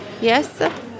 Yes